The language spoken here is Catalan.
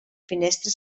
finestra